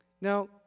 Now